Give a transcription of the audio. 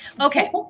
Okay